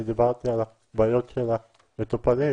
אני דיברתי על הבעיות של המטופלים,